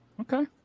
okay